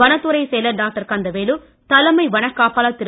வனத்துறைச் செயலர் டாக்டர் கந்தவேலு தலைமை வனக் காப்பாளர் திரு